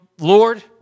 Lord